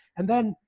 and then,